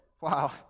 wow